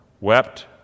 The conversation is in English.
wept